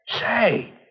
Say